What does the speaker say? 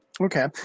Okay